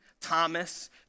Thomas